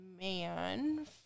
man